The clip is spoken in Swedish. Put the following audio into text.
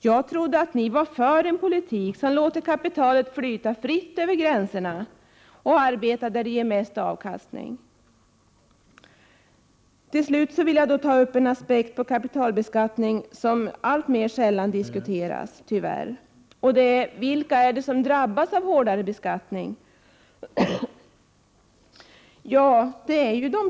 Jag trodde att ni var för en politik som låter kapitalet flyta fritt över gränserna och arbeta där det ger mest avkastning. Till slut vill jag ta upp en aspekt på kapitalbeskattningen som alltmer sällan diskuteras — tyvärr: Vilka är det som drabbas av hårdare beskattning på det här området?